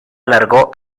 alargó